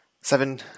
Seven